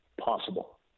possible